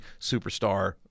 superstar